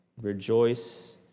Rejoice